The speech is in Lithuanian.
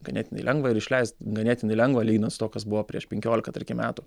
ganėtinai lengva ir išleist ganėtinai lengva lyginant su tuo kas buvo prieš penkiolika tarkim metų